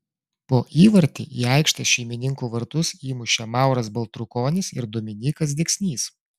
po įvartį į aikštės šeimininkų vartus įmušė mauras baltrukonis ir dominykas deksnys